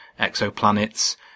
exoplanets